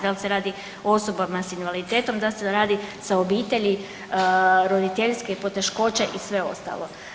Dal se radi o osobama s invaliditetom, dal se radi sa obitelji, roditeljske poteškoće i sve ostalo.